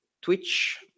twitch